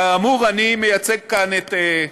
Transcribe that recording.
כאמור, אני מייצג כאן את,